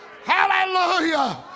Hallelujah